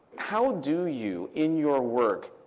how do you, in your work,